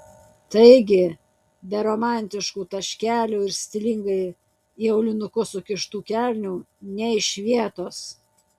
taigi be romantiškų taškelių ir stilingai į aulinukus sukištų kelnių nė iš vietos